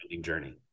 journey